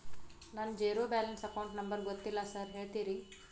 ನನ್ನ zero balance account number ಗೊತ್ತಿಲ್ಲ sir ಹೇಳ್ತೇರಿ?